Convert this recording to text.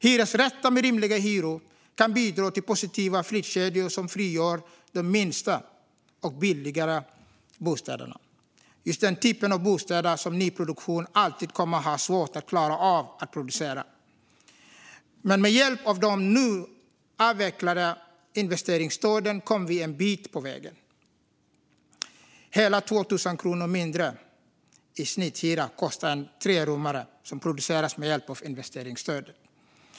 Hyresrätter med rimliga hyror kan bidra till positiva flyttkedjor som frigör de minsta och billigaste bostäderna - just den typen av bostäder som nyproduktion alltid kommer att ha svårt att klara av att leverera. Med hjälp av de nu avvecklade investeringsstöden kom vi en bit på vägen; hela 2 000 kronor mindre i snitthyra har en trerummare som producerats med investeringsstöd.